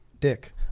Dick